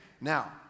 Now